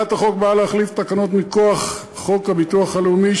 הצעת החוק באה להחליף תקנות מכוח חוק הביטוח הלאומי,